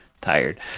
tired